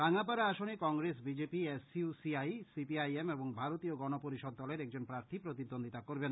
রাঙ্গাপাড়া আসনে Congress BJP S U C I C P M এবং ভারতীয় গনপরিষদ দলের একজন প্রার্থী প্রতিদ্বন্দিতা করবেন